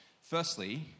Firstly